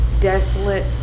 desolate